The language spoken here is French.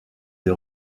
des